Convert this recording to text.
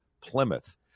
Plymouth